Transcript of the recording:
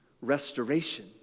restoration